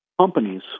companies